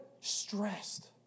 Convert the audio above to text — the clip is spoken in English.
stressed